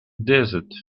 desert